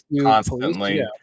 constantly